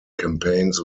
campaigns